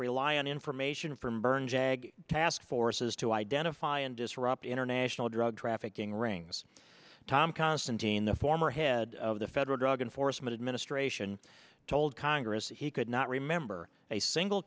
rely on information from berne jag task forces to identify and disrupt international drug trafficking rings tom constantine the former head of the federal drug enforcement administration told congress that he could not remember a single